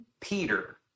Peter